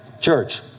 Church